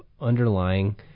underlying